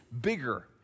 bigger